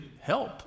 help